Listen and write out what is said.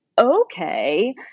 Okay